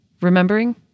remembering